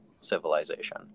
civilization